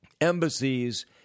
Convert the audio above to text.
embassies